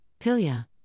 Pilia